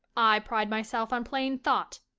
i pride myself on plain thought.